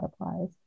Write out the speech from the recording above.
applies